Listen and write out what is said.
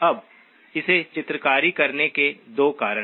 अब इसे चित्रकारी करने के 2 कारण